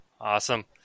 Awesome